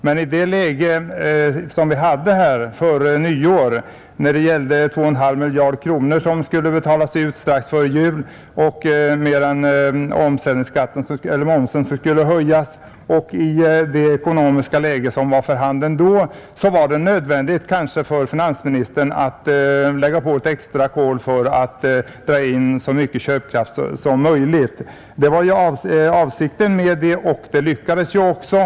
Men i det ekonomiska läge som uppstod när 2,5 miljarder kronor i skatt skulle återbetalas strax före jul och när momsen skulle höjas, var det kanske nödvändigt för finansministern att lägga på extrakol för att dra in så mycket köpkraft som möjligt. Det var avsikten, och det lyckades ju också.